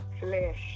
Flesh